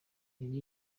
nelly